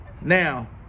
Now